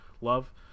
love